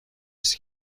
است